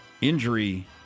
injury